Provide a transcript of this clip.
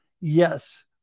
yes